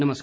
नमस्कार